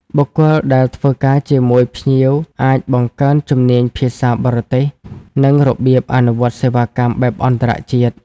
បុគ្គលដែលធ្វើការជាមួយភ្ញៀវអាចបង្កើនជំនាញភាសាបរទេស និងរបៀបអនុវត្តសេវាកម្មបែបអន្តរជាតិ។